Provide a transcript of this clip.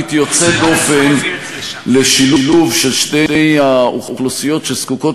יוצאת דופן לשילוב של שתי האוכלוסיות שזקוקות